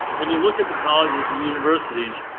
when you look at the colleges and universities,